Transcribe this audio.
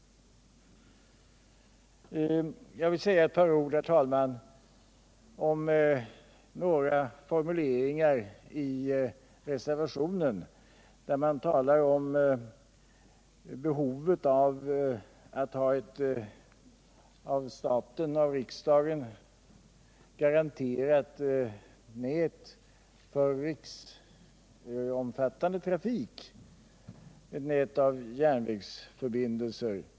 Jag vill säga ett par ord om en formulering i reservationen, där man talar om behovet av att ha ett av staten garanterat järnvägsnät för riksomfattande trafik.